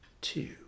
two